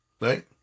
right